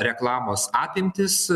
reklamos apimtys